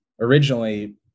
originally